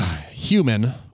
human